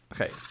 Okay